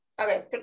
Okay